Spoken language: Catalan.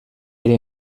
era